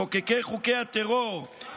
מחוקקי חוקי הטרור,